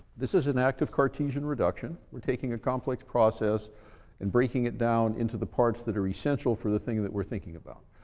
this is an active cartesian reduction. we're taking a complex process and breaking it down into the parts that are essential for the thing that we're thinking about.